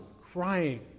crying